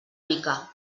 mica